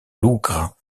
lougre